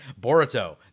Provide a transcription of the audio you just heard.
Boruto